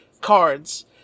cards